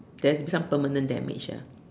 that has become permanent damage ah